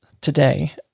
today